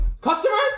CUSTOMERS